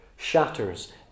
shatters